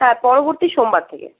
হ্যাঁ পরবর্তী সোমবার থেকে